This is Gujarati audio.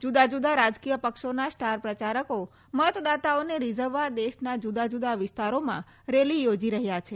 જુદા જૂદા રાજકીય પક્ષોના સ્ટાર પ્રચારકો મતદાતાઓને રીઝવવા દેશના જુદા જૂદા વિસ્તારોાં રેલી યોજી રહ્યા છે